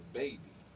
baby